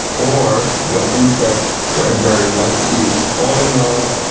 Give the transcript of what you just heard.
or what insects certain birds like to eat. all in all,